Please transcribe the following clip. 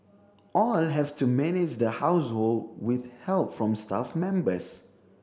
all have to manage the household with help from staff members